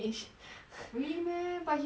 really meh but he always been like that [what]